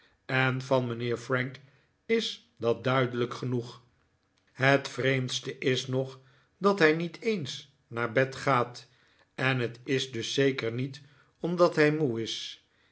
en van mijnheer frank is dat duidelijk genoeg het vreemdste is nog dat hij niet eens naar bed gaat en het is dus zeker niet omdat hij moe is